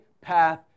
path